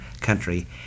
country